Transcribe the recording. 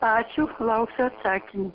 ačiū lauksiu atsakymų